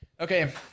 Okay